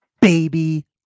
baby